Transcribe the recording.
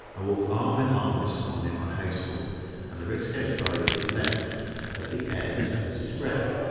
i walk arm in arm with someone in my household and the risk outside is less as the air disperses breath.